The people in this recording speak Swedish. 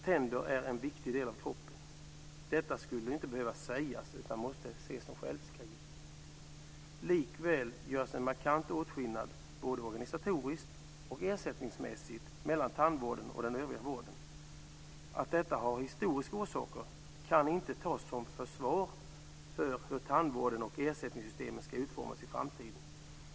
Tänderna är en viktig del av kroppen. Detta skulle inte behöva sägas, utan det borde ses som självskrivet. Likväl görs en markant åtskillnad både organisatoriskt och ersättningsmässigt mellan tandvården och den övriga vården. Att detta har historiska orsaker kan inte tas som försvar när det gäller hur tandvården och ersättningssystemen ska utformas i framtiden.